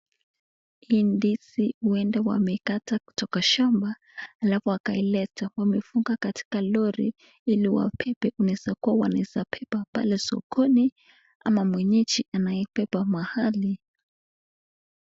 Hii ndizi huenda wamekata kutoka shamba alafu wakaileta. Wameifunga katika lori ili wabebe, inaezakuwa wameibeba pale sokoni au mwenyeji ameibeba mahali.